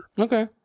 Okay